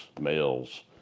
males